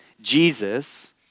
Jesus